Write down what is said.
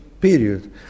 period